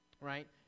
right